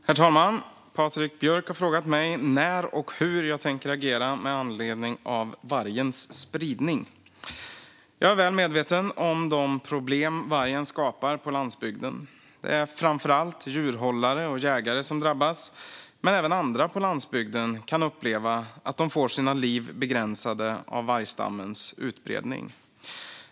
Herr talman! Patrik Björck har frågat mig när och hur jag tänker agera med anledning av vargens spridning. Jag är väl medveten om de problem vargen skapar på landsbygden. Det är framför allt djurhållare och jägare som drabbas, men även andra på landsbygden kan uppleva att de får sina liv begränsade av vargstammens utbredning.